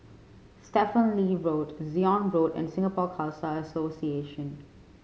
Stephen Lee Road Zion Road and Singapore Khalsa Association